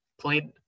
played